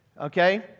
Okay